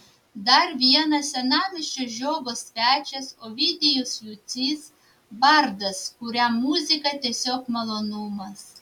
dar vienas senamiesčio žiogo svečias ovidijus jucys bardas kuriam muzika tiesiog malonumas